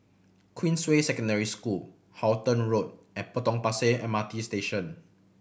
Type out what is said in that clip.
Queensway Secondary School Halton Road and Potong Pasir M R T Station